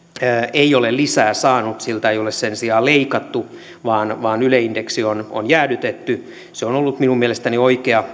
ei ole lisää saanut siltä ei ole sen sijaan leikattu vaan vaan yle indeksi on jäädytetty se on ollut minun mielestäni oikea